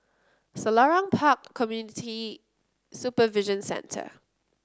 Selarang Park Community Supervision Centre